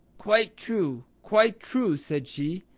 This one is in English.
quite true. quite true, said she.